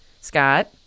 Scott